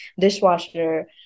dishwasher